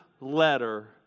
letter